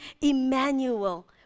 Emmanuel